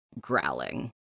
growling